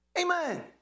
Amen